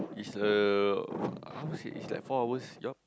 is the how to say is like four hours job